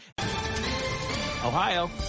ohio